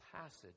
passage